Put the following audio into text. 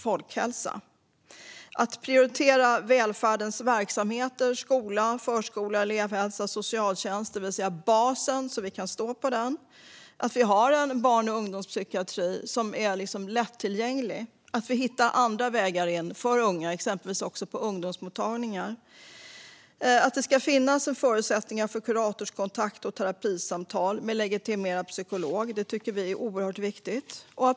Det gäller att prioritera välfärdens verksamheter som förskola, skola, elevhälsa och socialtjänst så att vi har en bas att stå på och att ha en barn och ungdomspsykiatri som är lättillgänglig. Vi måste också hitta andra vägar in för unga, exempelvis via ungdomsmottagningar. Att det finns förutsättningar för kuratorskontakt och terapisamtal med legitimerad psykolog är mycket viktigt.